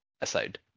aside